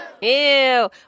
Ew